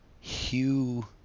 Hugh